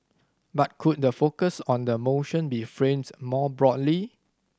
but could the focus on the motion be framed more broadly